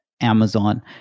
Amazon